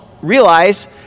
realize